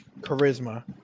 charisma